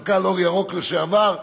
מנכ"ל אור ירוק לשעבר,